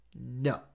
No